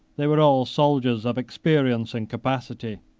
they were all soldiers of experience and capacity.